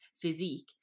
physique